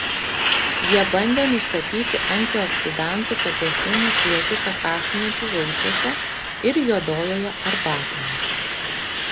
jie bandė nustatyti antioksidantų katechinų kiekį kakavmedžių vaisiuose ir juodojoje arbatoje